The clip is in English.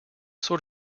sort